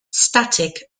static